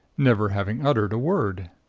never having uttered a word.